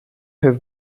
have